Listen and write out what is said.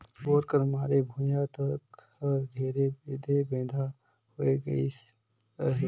bore कर मारे भुईया तक हर ढेरे बेधे बेंधा होए गइस अहे